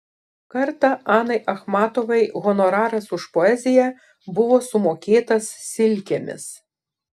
kartą anai achmatovai honoraras už poeziją buvo sumokėtas silkėmis